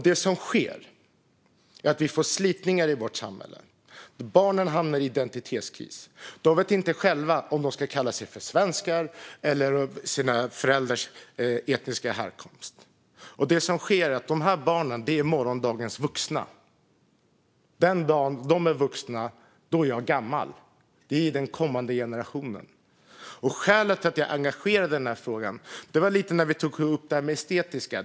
Det som sker är att vi får slitningar i vårt samhälle. Barnen hamnar i identitetskris. De vet inte själva om de ska kalla sig för svenskar eller för sina föräldrars etniska härkomst. Dessa barn är morgondagens vuxna. Den dagen de är vuxna är jag gammal. De är den kommande generationen. Skälet till att jag är engagerad i den här frågan har att göra med det jag sa om estetisk svenska.